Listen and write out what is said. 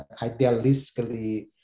idealistically